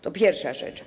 To pierwsza rzecz.